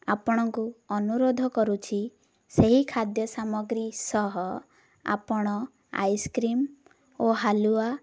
ଆପଣଙ୍କୁ ଅନୁରୋଧ କରୁଛି ସେହି ଖାଦ୍ୟ ସାମଗ୍ରୀ ସହ ଆପଣ ଆଇସ୍ କ୍ରିମ୍ ଓ ହାଲୁଆ